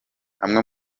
amwe